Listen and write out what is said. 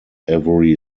every